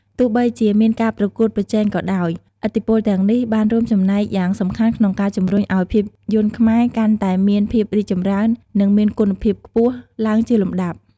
ទោះបីជាមានការប្រកួតប្រជែងក៏ដោយ ឥទ្ធិពលទាំងនេះបានរួមចំណែកយ៉ាងសំខាន់ក្នុងការជំរុញឱ្យភាពយន្តខ្មែរកាន់តែមានភាពរីកចម្រើន និងមានគុណភាពខ្ពស់ឡើងជាលំដាប់។